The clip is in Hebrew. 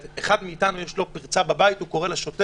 כשאחד מאיתנו יש לו פרצה בבית הוא קורא לשוטר,